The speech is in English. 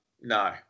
No